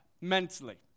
mentally